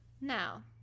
Now